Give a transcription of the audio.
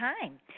time